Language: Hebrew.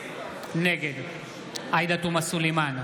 נגד עאידה תומא סלימאן,